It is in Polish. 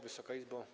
Wysoka Izbo!